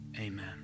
amen